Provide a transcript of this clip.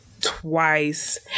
twice